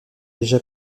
déjà